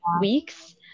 weeks